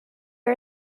are